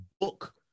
book